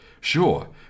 Sure